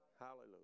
Hallelujah